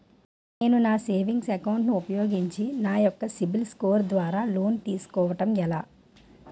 నేను నా savings account ను ఉపయోగించి నా యెక్క సిబిల్ స్కోర్ ద్వారా లోన్తీ సుకోవడం ఎలా?